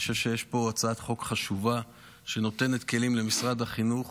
אני חושב שיש פה הצעת חוק חשובה שנותנת כלים למשרד החינוך